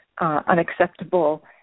unacceptable